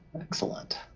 Excellent